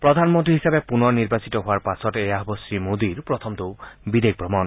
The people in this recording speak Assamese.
প্ৰধানমন্ত্ৰী হিচাপে পুনৰ নিৰ্বাচিত হোৱাৰ পাছত এয়া হ'ব শ্ৰী মোদীৰ প্ৰথমটো বিদেশ ভ্ৰমণ